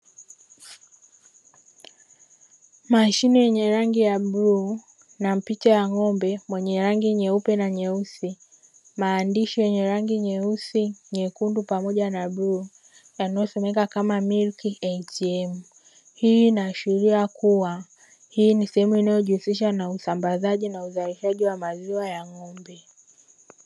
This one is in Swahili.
Mashine yenye rangi ya bluu na picha ya ng'ombe mwenye rangi nyeupe na nyeusi, maandishi yenye rangi nyeusi, nyekundu pamoja na bluu, yanayosomeka kama "Milk ATM". Hii inaashiria kuwa hii ni sehemu inayojihusisha na usambazaji na uzalishaji wa maziwa ya ng'ombe.